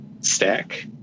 stack